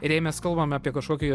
ir jei mes kalbam apie kažkokį